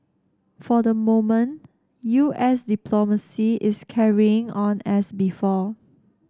for the moment U S diplomacy is carrying on as before